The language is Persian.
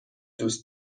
دوست